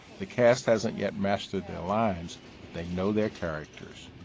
the cast hasn't yet mastered their lines, but they know their characters.